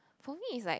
for me it's like